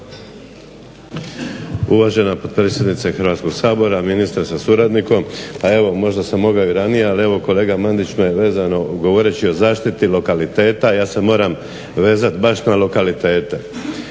Uvažena potpredsjednice Hrvatskog sabora, ministre sa suradnikom. Pa evo možda sam mogao i ranije, ali evo kolega Mandić me vezano govoreći o zaštiti lokaliteta ja se moram vezat baš na lokalitete.